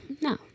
no